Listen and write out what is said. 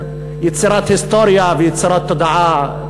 יצירת היסטוריה ויצירת תודעה.